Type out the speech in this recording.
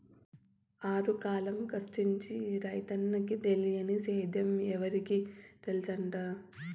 ఆరుగాలం కష్టించి రైతన్నకి తెలియని సేద్యం ఎవరికి తెల్సంట